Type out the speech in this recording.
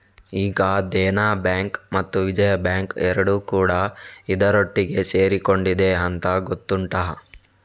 ಈಗ ದೇನಾ ಬ್ಯಾಂಕು ಮತ್ತು ವಿಜಯಾ ಬ್ಯಾಂಕು ಎರಡೂ ಕೂಡಾ ಇದರೊಟ್ಟಿಗೆ ಸೇರಿಕೊಂಡಿದೆ ಅಂತ ಗೊತ್ತುಂಟಾ